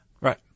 right